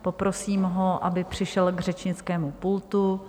Poprosím ho, aby přišel k řečnickému pultu.